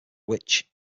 which